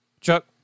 chuck